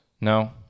no